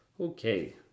okay